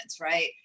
Right